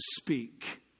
speak